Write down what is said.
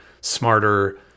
smarter